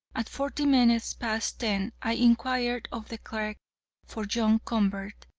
at forty minutes past ten i inquired of the clerk for john convert.